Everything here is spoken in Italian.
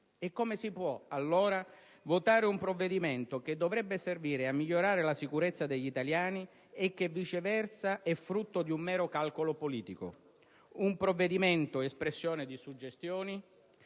Come si può, allora, votare un provvedimento che dovrebbe servire a migliorare la sicurezza degli italiani e che, viceversa, è frutto di un mero calcolo politico? Un provvedimento espressione di suggestioni,